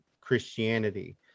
Christianity